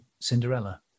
Cinderella